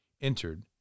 entered